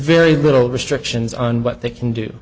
very little restrictions on what they can do